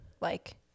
Like-